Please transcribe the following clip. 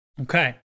Okay